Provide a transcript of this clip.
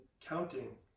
counting